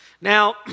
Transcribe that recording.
Now